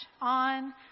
on